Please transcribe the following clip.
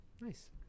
Nice